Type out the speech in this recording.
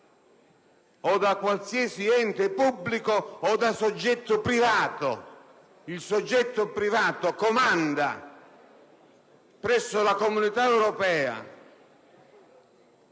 o da qualsiasi ente pubblico o da soggetto privato? Il soggetto privato comanda presso le Comunità europee